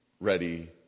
ready